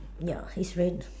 ya is red